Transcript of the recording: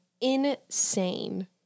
insane